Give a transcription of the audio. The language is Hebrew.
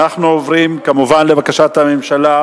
אדוני היושב-ראש,